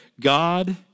God